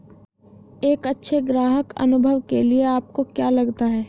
एक अच्छे ग्राहक अनुभव के लिए आपको क्या लगता है?